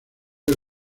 del